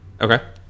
Okay